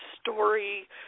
story